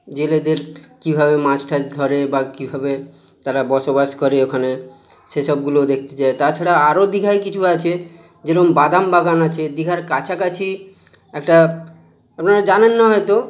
জেলেদের কীভাবে মাছ টাছ ধরে বা কীভাবে তারা বসবাস করে ওখানে সেসবগুলোও দেখতে যায় তাছাড়া আরও দীঘায় কিছু আছে যেরম বাদাম বাগান আছে দীঘার কাছাকাছি একটা আপনারা জানেন না হয়তো